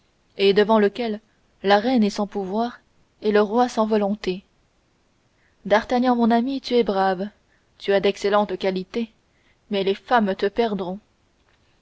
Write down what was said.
et devant lequel la reine est sans pouvoir et le roi sans volonté d'artagnan mon ami tu es brave tu as d'excellentes qualités mais les femmes te perdront